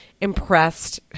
impressed